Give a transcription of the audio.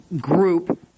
group